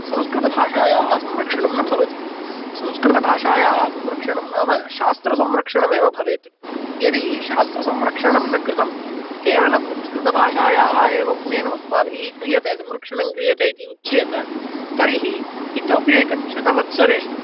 संस्कृतभाषायाः संरक्षणं न भवति संस्कृतभाषायाः संरक्षणं नाम शास्त्रसंरक्षणम् एव भवेत् यदि शास्त्रसंरक्षणम् न कृतं केवलं संस्कृतभाषायाः एव उन्नयनमस्माभिः क्रियते संरक्षणं क्रियते इति उच्येत तर्हि इतोऽपि एकं शतवत्सरेषु